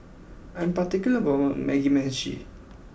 I am particular about my Mugi Meshi